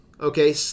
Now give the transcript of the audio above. okay